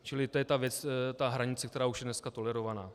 Čili to je ta hranice, která už je dneska tolerovaná.